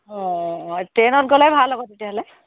অঁ ট্ৰেইনত গ'লে ভাল হ'ব তেতিয়াহ'লে